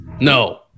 No